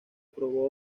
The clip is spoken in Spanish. probó